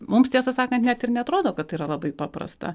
mums tiesą sakant net ir neatrodo kad yra labai paprasta